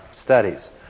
studies